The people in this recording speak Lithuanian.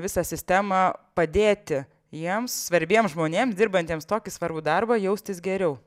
visą sistemą padėti jiems svarbiems žmonėms dirbantiems tokį svarbų darbą jaustis geriau